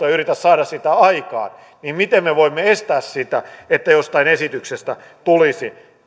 ja yritä saada sitä aikaan niin miten me voimme estää sitä että jostain esityksestä tulisi